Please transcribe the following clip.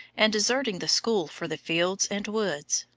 and deserting the school for the fields and woods,